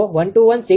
66° બનશે